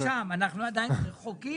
אנחנו עדיין רחוקים.